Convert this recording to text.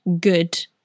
good